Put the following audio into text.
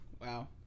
wow